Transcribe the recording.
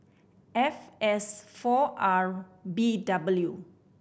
F S four R B W